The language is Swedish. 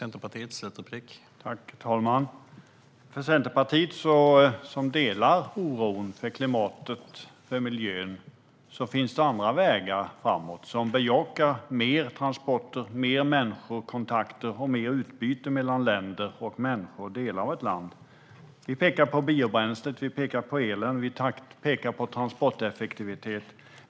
Herr talman! Centerpartiet delar oron för klimatet och miljön. Men för oss finns det andra vägar framåt, som bejakar mer transporter, mer människokontakter och mer utbyte mellan länder och mellan människor i olika delar av ett land. Vi pekar på biobränslet. Vi pekar på elen. Vi pekar på transporteffektivitet.